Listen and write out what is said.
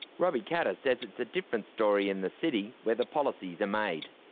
robbie katter says it's a different story in the city, where the policies are made.